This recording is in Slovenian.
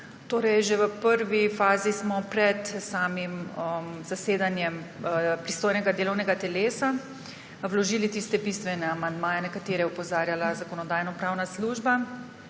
Že v prvi fazi smo pred samim zasedanjem pristojnega delovnega telesa vložili tiste bistvene amandmaje, na katere je opozarjala Zakonodajno-pravna služba,